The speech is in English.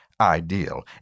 ideal